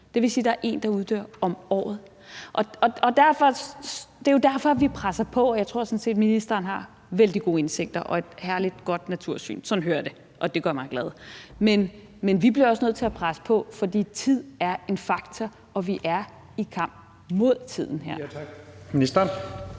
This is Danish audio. Det vil sige, at der er en, der uddør om året. Det er jo derfor, vi presser på, og jeg tror sådan set, at ministeren har vældig gode hensigter og et herligt, godt natursyn. Sådan hører jeg det, og det gør mig glad. Men vi bliver også nødt til at presse på, fordi tid er en faktor, og vi er i kamp mod tiden her. Kl. 15:31 Første